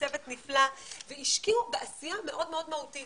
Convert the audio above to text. צוות נפלא והשקיעו בעשייה מאוד מאוד מהותית,